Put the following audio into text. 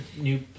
new